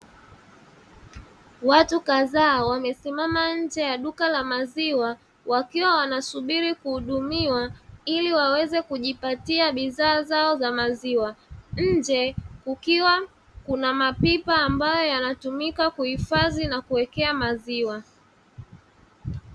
Watu kadhaa wamesimama nje ya duka la maziwa wakiwa wanasubiri kuhudumiwa ili waweze kujipatia bidhaa zao za maziwa. Nje kukiwa kuna mapipa ambayo yanatumika kuhifadhi na kuwekea maziwa.